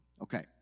Okay